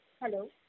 Hello